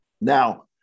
Now